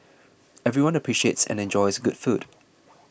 everyone appreciates and enjoys good food